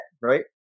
right